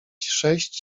sześć